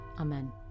Amen